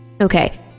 okay